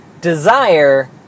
desire